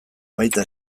baita